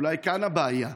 אולי כאן הבעיה.